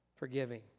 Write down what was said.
forgiving